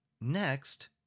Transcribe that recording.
Next